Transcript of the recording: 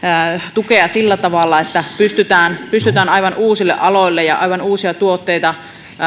tukea sillä tavalla että pystytään pystytään aivan uusia aloja ja aivan uusia tuotteita